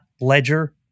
Ledger